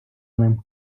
ним